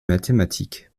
mathématiques